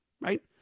right